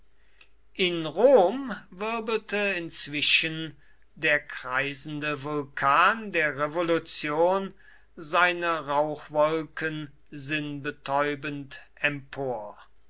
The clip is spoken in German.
in rom wirbelte inzwischen der kreisende vulkan der revolution seine rauchwolken sinnbetäubend empor